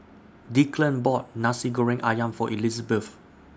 Declan bought Nasi Goreng Ayam For Elizebeth